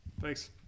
Thanks